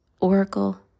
oracle